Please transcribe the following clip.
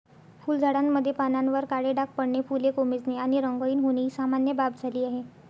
फुलझाडांमध्ये पानांवर काळे डाग पडणे, फुले कोमेजणे आणि रंगहीन होणे ही सामान्य बाब झाली आहे